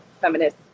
feminist